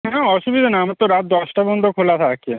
হ্যাঁ অসুবিধা না আমার তো রাত দশটা পর্যন্ত খোলা থাকে